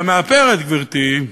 והמאפרת, גברתי,